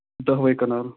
دَہوَے کَنال